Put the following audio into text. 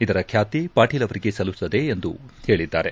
ಇದರ ಖ್ಯಾತಿ ಪಾಟೀಲ್ ಅವರಿಗೆ ಸಲ್ಲುತ್ತದೆ ಎಂದು ಹೇಳಿದ್ದಾರೆ